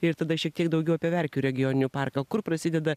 ir tada šiek tiek daugiau apie verkių regioninį parką kur prasideda